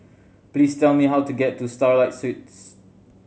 please tell me how to get to Starlight Suites